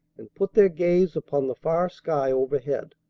and put their gaze upon the far sky overhead.